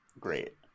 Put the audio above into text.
great